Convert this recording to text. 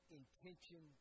intention